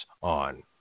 on